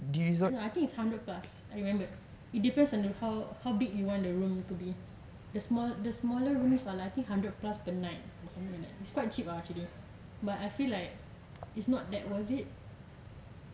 I don't know I think hundred plus I remembered it depends on how how big you want the room to be the small the smaller room are like hundred plus per night or something like that it's quite cheap ah actually but I feel like it's not that worth it